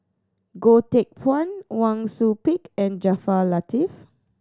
Goh Teck Phuan Wang Sui Pick and Jaafar Latiff